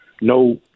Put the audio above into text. no